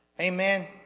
Amen